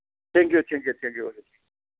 thank you thank you thank you ꯑꯣꯖꯥ thank you